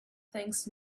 thinks